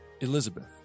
Elizabeth